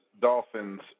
Dolphins